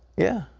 yeah?